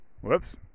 whoops